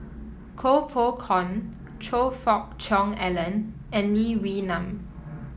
Koh Poh Koon Choe Fook Cheong Alan and Lee Wee Nam